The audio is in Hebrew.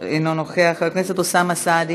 אינו נוכח, חבר הכנסת אוסאמה סעדי